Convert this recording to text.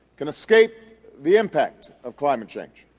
can escape the impact of climate change.